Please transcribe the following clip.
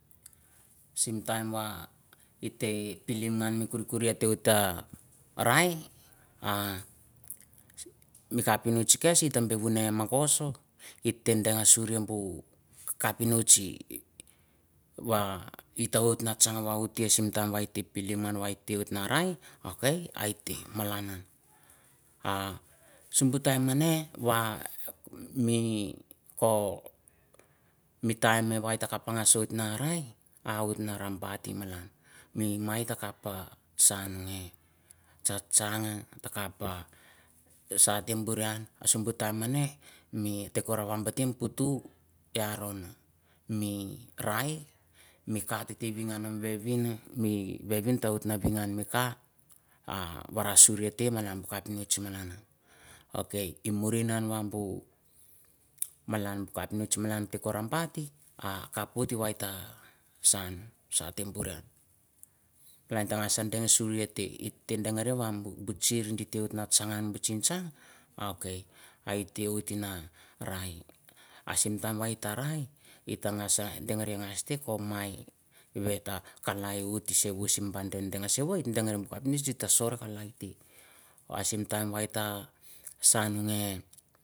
Simtime wah giteh pilimgan, mi kirikur hate wahtah raih. Ah mi kapunesh kes hitoh behmuneh mongosoh, gitah dang eh sureh buh kapunichi. Wah hitawot no tang, wah wohot cas, simtime waihete pilimgan waihete wohot raih, oka haiyeteh malnah. Ah simbutime menek wah, mi, coh, mitiare meh maihite kapagasha, waihete noh raih, havoth na rabathin malan. Mi maukah kapah shangeh ta tsangeh tah tsang tah takapha ha, satehburang, simbutime meneh mi tokorarang bihtum tutu gahrang mi raih, mi kapuhanyeh, mi vehvin. Mi vehun tavoth nah han mi kah, ha warasureh kehan malang capmist malanah, ok muhraneuh wah buh mlana capnisth malan teh kohrang baffih kapha wotteh, waihteh sun sateburiuh malang tah dang sureh ateh hitah dangerah wah buh chirr. Giteh tsang han buh tsing, ok haiyahteh wohot na rai. Ah simbutime wai hete raih hiatagaetah dangereh gasteh kohmai, wehta kolai washt sehwoth nah bundeh dangah sovoih. Ateh dang sowoih abuh capnist ateh sorh kalaiteh. Ateh simtime waiteh sungah.